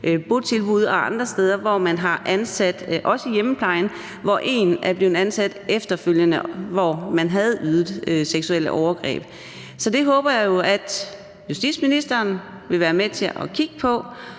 botilbud og andre steder, også i hjemmeplejen, hvor nogen er blevet ansat, efter at vedkommende havde begået seksuelle overgreb. Så det håber jeg jo at justitsministeren vil være med til at kigge på.